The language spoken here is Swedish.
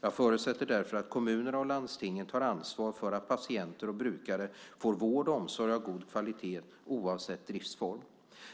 Jag förutsätter därför att kommunerna och landstingen tar ansvar för att patienter och brukare får vård och omsorg av god kvalitet oavsett driftsform.